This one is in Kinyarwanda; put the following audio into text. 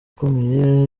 akomeye